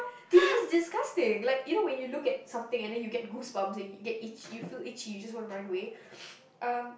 they're just disgusting like you know when you look at something and then you get goosebumps and get itch you feel itchy you just wanna run away um